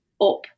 up